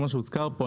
כמו שהוזכר פה,